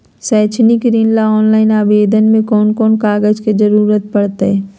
शैक्षिक ऋण ला ऑनलाइन आवेदन में कौन कौन कागज के ज़रूरत पड़तई?